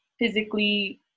physically